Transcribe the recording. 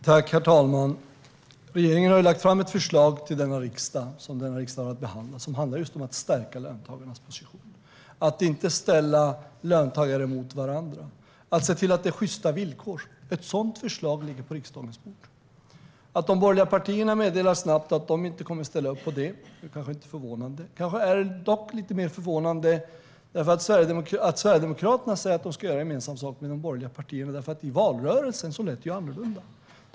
Herr talman! Regeringen har lagt fram ett förslag för denna riksdag. Det handlar just om att stärka löntagarnas position, om att man inte ska ställa löntagare mot varandra och om att se till att det är sjysta villkor. Ett sådant förslag ligger på riksdagens bord. Att de borgerliga partierna snabbt meddelade att de inte kommer att ställa upp på det är kanske inte förvånande. Men det är lite mer förvånande att Sverigedemokraterna säger att de ska göra gemensam sak med de borgerliga partierna. I valrörelsen lät det nämligen annorlunda.